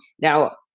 Now